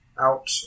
out